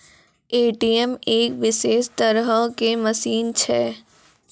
ATM एक विशेष तरहो के मशीन छै